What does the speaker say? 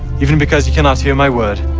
even because ye cannot hear my word.